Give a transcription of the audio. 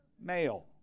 male